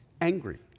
angry